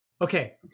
Okay